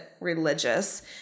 religious